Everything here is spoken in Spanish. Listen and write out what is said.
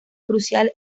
crucial